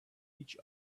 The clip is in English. each